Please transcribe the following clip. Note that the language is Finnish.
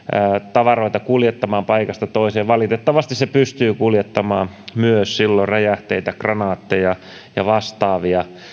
tavaroita kuljettamaan paikasta toiseen valitettavasti se pystyy kuljettamaan silloin myös räjähteitä kranaatteja ja vastaavia